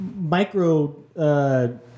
micro